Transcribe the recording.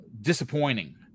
disappointing